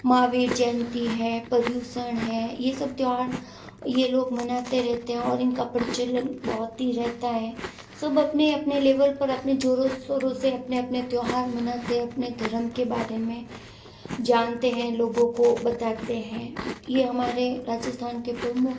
महावीर जयंती है प्रयोसण है यह सब त्योहार यह लोग मनाते रहते हैं और इनका प्रचलन बहुत ही रहता है सब अपने अपने लेवल पर अपने जोरो सोरो से अपने अपने त्योहार मनाते अपने धर्म के बारे में जानते हैं लोगों को बताते हैं यह हमारे राजस्थान के प्रमुख